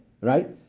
right